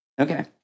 Okay